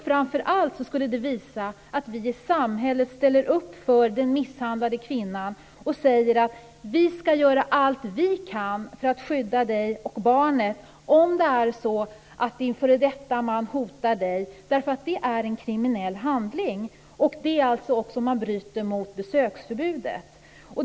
Framför allt skulle det här visa att vi i samhället ställer upp för den misshandlade kvinnan och säger: Vi ska göra allt vi kan för att skydda dig och barnet om din f.d. man hotar dig, därför att det är en kriminell handling. Detta gäller även om man bryter mot besöksförbudet.